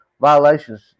violations